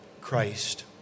Christ